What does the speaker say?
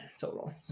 total